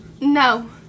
No